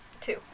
Two